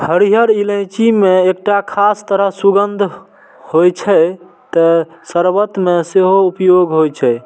हरियर इलायची मे एकटा खास तरह सुगंध होइ छै, तें शर्बत मे सेहो उपयोग होइ छै